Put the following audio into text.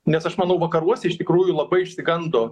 nes aš manau vakaruose iš tikrųjų labai išsigando